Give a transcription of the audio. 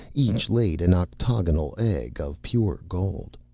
each laid an octagonal egg of pure gold.